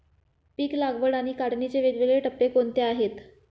पीक लागवड आणि काढणीचे वेगवेगळे टप्पे कोणते आहेत?